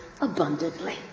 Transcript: Abundantly